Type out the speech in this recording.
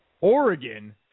Oregon